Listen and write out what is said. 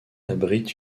abrite